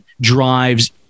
drives